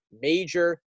major